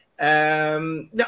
no